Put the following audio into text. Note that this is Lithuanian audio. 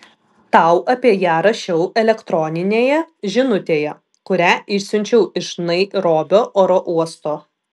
tau apie ją rašiau elektroninėje žinutėje kurią išsiunčiau iš nairobio oro uosto